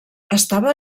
estava